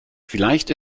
vielleicht